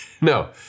no